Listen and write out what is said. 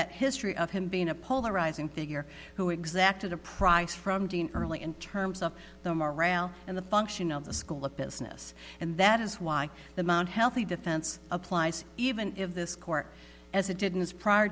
that history of him being a polarizing figure who exacted a price from dean early in terms of the morale and the function of the school of business and that is why the mount healthy defense applies even if this court as it didn't is prior